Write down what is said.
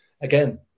again